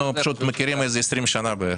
אנחנו פשוט מכירים איזה 20 שנה.